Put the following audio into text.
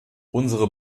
unsere